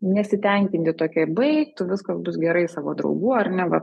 nesitenkinti tokia baik tu viskas bus gerai savo draugų ar ne va